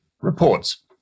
reports